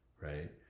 right